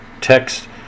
text